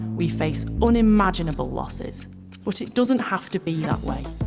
we face unimagineable losses but it doesn't have to be that way.